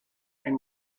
and